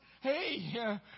hey